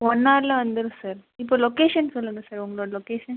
one அவரில் வந்துடும் sir இப்போ லொக்கேஷன் சொல்லுங்கள் சார் உங்ளோடய லொக்கேஷன்